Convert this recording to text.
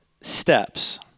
steps